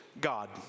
God